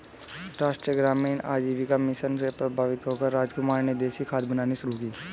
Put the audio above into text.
राष्ट्रीय ग्रामीण आजीविका मिशन से प्रभावित होकर रामकुमार ने देसी खाद बनानी शुरू की